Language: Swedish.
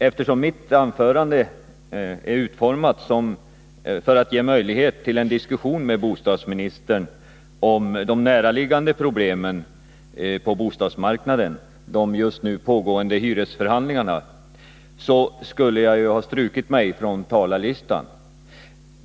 Eftersom mitt anförande är utformat för att ge möjlighet till en diskussion med bostadsministern om de näraliggande problemen på bostadsmarknaden —de just nu pågående hyresförhandlingarna — borde jag logiskt sett ha strukit mig från talarlistan.